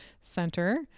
center